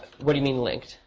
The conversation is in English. what do you mean linked?